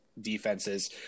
defenses